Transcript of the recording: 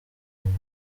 buntu